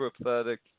prophetic